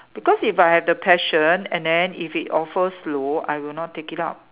because if I have the passion and then if it offers low I will not take it out